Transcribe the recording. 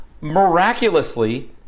miraculously